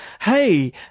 hey